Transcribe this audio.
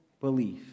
belief